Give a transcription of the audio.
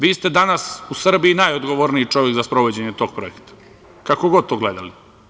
Vi ste danas u Srbiji najodgovorniji čovek za sprovođenje tog projekta, kako god to gledali.